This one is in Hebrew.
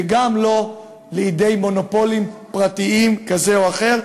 וגם לא לידי מונופולים פרטיים כאלה ואחרים.